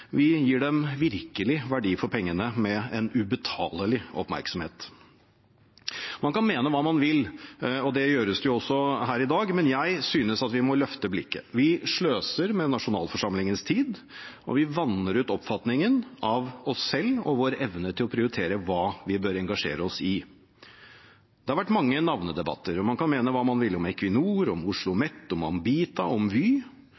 Vi gir dem med en ubetalelig oppmerksomhet virkelig valuta for pengene. Man kan mene hva man vil – og det gjøres det jo også her i dag – men jeg synes vi må løfte blikket. Vi sløser med nasjonalforsamlingens tid, og vi vanner ut oppfatningen av oss selv og vår evne til å prioritere hva vi bør engasjere oss i. Det har vært mange navnedebatter. Man kan mene hva man vil om Equinor, om OsloMet, om Ambita og om Vy.